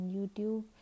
YouTube